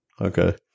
Okay